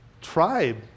tribe